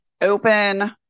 open